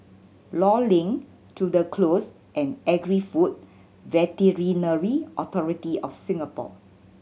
Law Link Tudor Close and Agri Food Veterinary Authority of Singapore